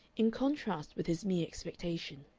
in contrast with his mere expectation.